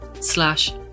slash